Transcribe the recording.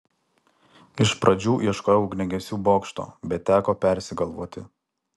iš pradžių ieškojau ugniagesių bokšto bet teko persigalvoti